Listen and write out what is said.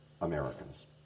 Americans